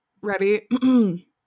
Ready